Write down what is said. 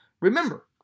Remember